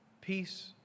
Peace